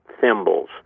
thimbles